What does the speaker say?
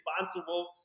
responsible